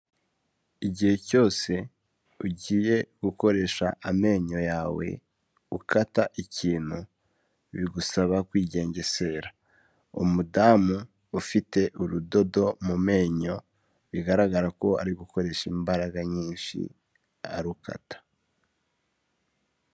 Igihe cyose ugiye gukoresha amenyo yawe ukata ikintu bigusaba kwigengesera, umudamu ufite urudodo mu menyo bigaragara ko ari gukoresha imbaraga nyinshi arukata.